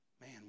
Man